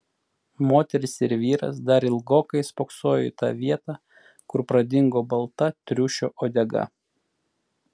moteris ir vyras dar ilgokai spoksojo į tą vietą kur pradingo balta triušio uodega